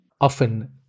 Often